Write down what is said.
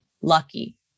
lucky